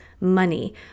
money